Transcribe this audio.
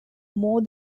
more